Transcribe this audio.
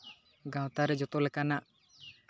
ᱜᱟᱶᱛᱟ ᱨᱮ ᱡᱚᱛᱚ ᱞᱮᱠᱟᱱᱟᱜ